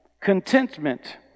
contentment